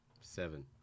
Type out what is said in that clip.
Seven